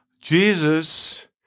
Jesus